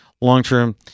long-term